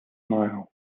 smile